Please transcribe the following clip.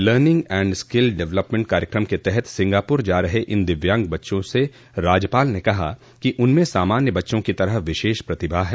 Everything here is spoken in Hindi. लर्निंग एण्ड स्किल डेवलपमेंट कार्यक्रम के तहत सिंगापुर जा रहे इन दिव्यांग बच्चों से राज्यपाल ने कहा कि उनमें सामान्य बच्चों की तरह विशेष प्रतिभा है